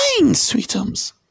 sweetums